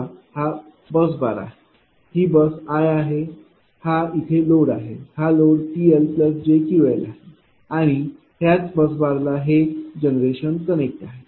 समजा हा bus bar आहे ही बस i आहे हा इथे लोड आहे हा लोड PLjQLआहे आणि ह्याच बस बार ला हे जनरेशन कनेक्ट आहे